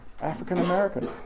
African-American